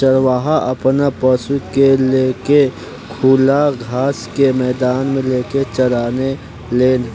चरवाहा आपन पशु के ले के खुला घास के मैदान मे लेके चराने लेन